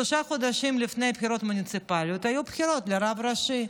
שלושה חודשים לפני הבחירות המוניציפליות היו בחירות לרב ראשי,